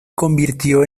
convirtió